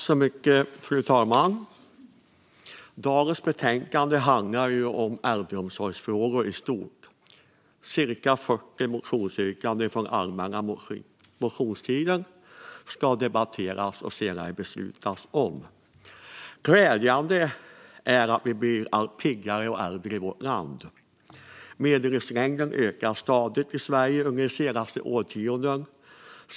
Fru talman! Dagens betänkande handlar om äldreomsorgsfrågor i stort. Cirka 40 motionsyrkanden från allmänna motionstiden ska debatteras och senare beslutas om. Glädjande är att vi blir allt piggare och äldre i vårt land. Medellivslängden har ökat stadigt i Sverige under de senaste årtiondena.